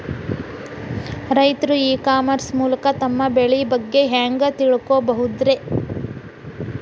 ರೈತರು e commerce ಮೂಲಕ ತಮ್ಮ ಬೆಳಿ ಬಗ್ಗೆ ಹ್ಯಾಂಗ ತಿಳ್ಕೊಬಹುದ್ರೇ?